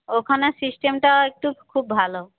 ওখানে সিস্টেমটা একটু খুব ভালো